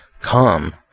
Come